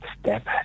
step